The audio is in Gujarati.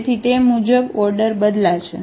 તેથી તે મુજબ તે ઓર્ડર બદલાશે